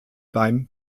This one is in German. beim